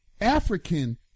African